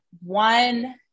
one